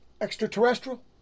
extraterrestrial